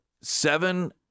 seven